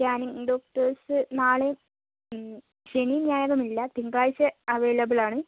scanning doctors നാളെ ശനിയും ഞായറും ഇല്ല തിങ്കളാഴ്ച അവൈലബിൾ ആണ്